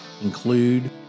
include